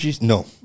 no